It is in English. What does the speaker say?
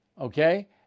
okay